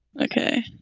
Okay